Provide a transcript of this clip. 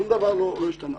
שום דבר לא השתנה,